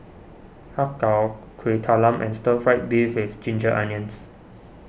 Har Kow Kueh Talam and Stir Fried Beef with Ginger Onions